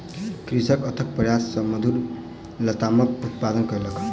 कृषक अथक प्रयास सॅ मधुर लतामक उत्पादन कयलक